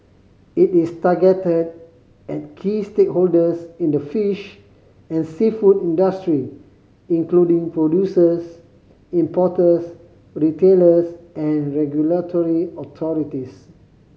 it is targeted at key stakeholders in the fish and seafood industry including producers importers retailers and regulatory authorities